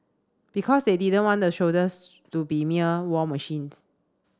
because they didn't want the shoulders to be mere war machines